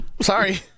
Sorry